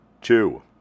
Two